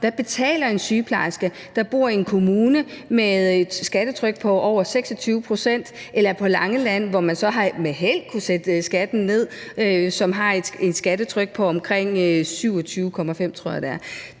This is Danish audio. om, hvad en sygeplejerske, der bor i en kommune med et skattetryk på over 26 pct., eller på Langeland, hvor man så har haft held med at kunne sætte skatten ned, så de har et skattetryk på omkring 27,5 pct.,